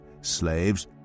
Slaves